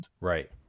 Right